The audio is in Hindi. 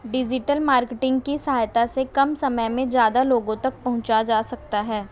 डिजिटल मार्केटिंग की सहायता से कम समय में ज्यादा लोगो तक पंहुचा जा सकता है